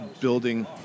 building